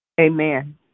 Amen